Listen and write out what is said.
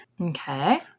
Okay